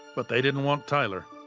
but they didn't want tyler.